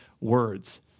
words